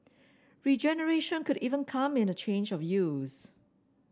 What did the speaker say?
regeneration could even come in a change of use